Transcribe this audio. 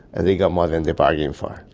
and they get more than they bargained for.